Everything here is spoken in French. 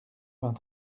vingt